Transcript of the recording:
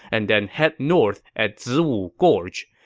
and then head north at ziwu gorge.